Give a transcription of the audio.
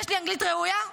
יש לי אנגלית ראויה?